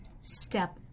step